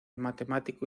matemático